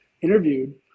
interviewed